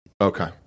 Okay